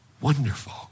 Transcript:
Wonderful